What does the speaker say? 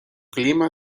clima